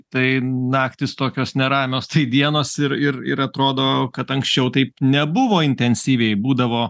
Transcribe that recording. tai naktys tokios neramios tai dienos ir ir ir atrodo kad anksčiau taip nebuvo intensyviai būdavo